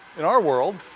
in our world,